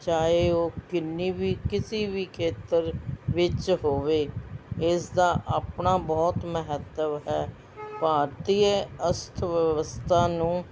ਚਾਹੇ ਉਹ ਕਿੰਨੀ ਵੀ ਕਿਸੇ ਵੀ ਖੇਤਰ ਵਿੱਚ ਹੋਵੇ ਇਸ ਦਾ ਆਪਣਾ ਬਹੁਤ ਮਹੱਤਵ ਹੈ ਭਾਰਤੀਯ ਅਸਥ ਵਿਵਸਥਾ ਨੂੰ